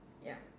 yup